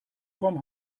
vom